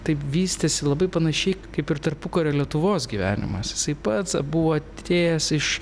taip vystėsi labai panašiai kaip ir tarpukario lietuvos gyvenimas jisai pats buvo atėjęs iš